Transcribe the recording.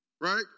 Right